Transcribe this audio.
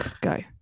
Go